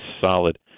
solid